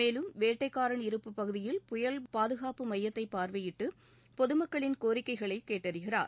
மேலும் வேட்டைக்காரன்இருப்பு பகுதியில் புயல் பாதுகாப்பு மையத்தை பார்வையிட்டு பொதுமக்களின் கோரிக்கைகளை கேட்டறிகிறார்